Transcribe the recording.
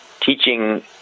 teaching